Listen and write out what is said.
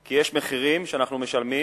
כי יש מחירים שאנחנו משלמים